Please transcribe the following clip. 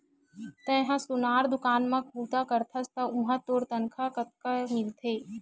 तेंहा सोनार दुकान म बूता करथस त उहां तुंहर तनखा कतका मिलथे?